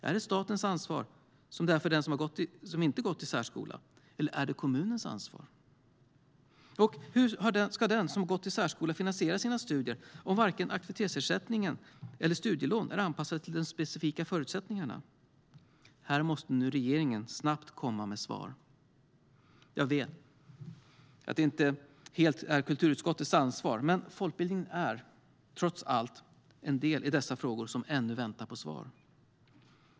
Är det statens ansvar, som det är för den som inte gått i särskola, eller är det kommunens ansvar? Och hur ska den som gått i särskola finansiera sina studier om varken aktivitetsersättning eller studielån är anpassade till de specifika förutsättningarna? Här måste regeringen snabbt komma med svar. Jag vet att det inte helt är kulturutskottets ansvar, men folkbildningen är trots allt en del i dessa frågor som ännu väntar på svar.